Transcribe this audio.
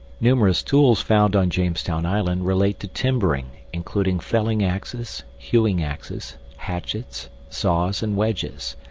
numerous tools found on jamestown island relate to timbering, including felling axes, hewing axes, hatchets, saws, and wedges.